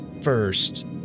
first